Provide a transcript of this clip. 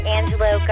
Angelo